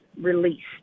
released